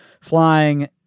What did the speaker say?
flying